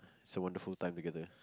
it's a wonderful time together